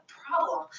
problem